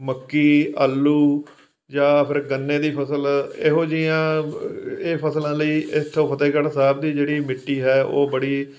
ਮੱਕੀ ਆਲੂ ਜਾਂ ਫਿਰ ਗੰਨੇ ਦੀ ਫਸਲ ਇਹੋ ਜਿਹੀਆਂ ਇਹ ਫਸਲਾਂ ਲਈ ਇਥੋਂ ਫਤਿਹਗੜ੍ਹ ਸਾਹਿਬ ਦੀ ਜਿਹੜੀ ਮਿੱਟੀ ਹੈ ਉਹ ਬੜੀ